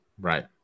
Right